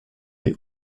est